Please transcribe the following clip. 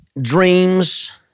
dreams